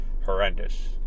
horrendous